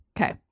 Okay